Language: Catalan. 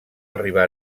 arribar